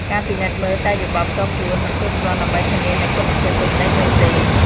ការពិនិត្យមើលតែយោបល់ផ្ទាល់ខ្លួនមិនគ្រប់គ្រាន់ដើម្បីធានានូវគុណភាពទំនិញនោះទេ។